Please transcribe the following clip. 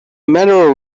matter